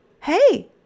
Hey